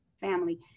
family